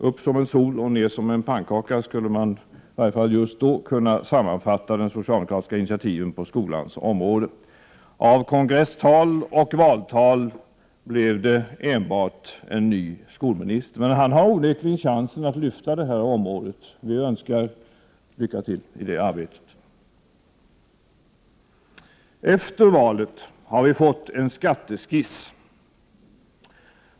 Upp som en sol och ned som en pannkaka -— så skulle man i varje fall just då ha kunnat sammanfatta de socialdemokratiska initiativen på skolans område. Av kongresstal och valtal blev det enbart en ny skolminister. Men han har onekligen chansen att lyfta det här området. Vi önskar lycka till i det arbetet. Efter valet har vi fått en skatteskiss.